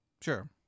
Sure